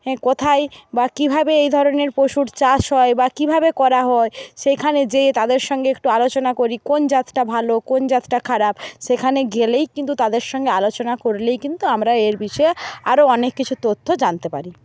কোথায় বা কীভাবে এই ধরনের পশুর চাষ হয় বা কীভাবে করা হয় সেখানে গিয়ে তাদের সঙ্গে একটু আলোচনা করি কোন জাতটা ভালো কোন জাতটা খারাপ সেখানে গেলেই কিন্তু তাদের সঙ্গে আলোচনা করলেই কিন্তু আমরা এর বিষয়ে আরো অনেক কিছু তথ্য জানতে পারি